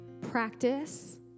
Practice